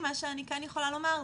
מה שאני כן יכולה לומר,